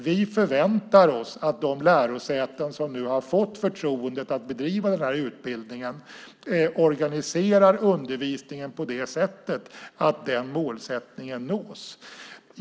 Vi förväntar oss att de lärosäten som nu har fått förtroendet att bedriva den här utbildningen organiserar undervisningen på det sättet att den målsättningen nås.